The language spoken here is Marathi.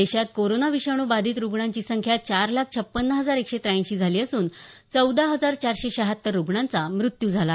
देशात कोरोना विषाणू बाधित रुग्णांची संख्या चार लाख छपन्न हजार एकशे त्याऐंशी झाली असून चौदा हजार चारशे शहात्तर रुग्णांचा मृत्यू झाला आहे